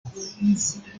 provincia